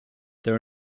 there